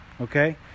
okay